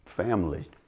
Family